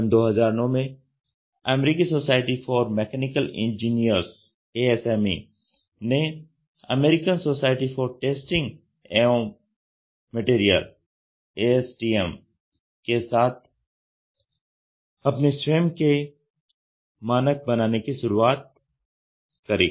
सन 2009 में American Society for Mechanical Engineers ने American Society for Testing and Materials के साथ अपने स्वयं के मानक बनाने की शुरुआत करी